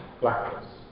blackness